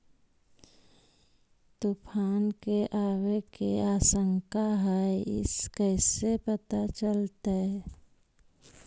तुफान के आबे के आशंका है इस कैसे पता चलतै?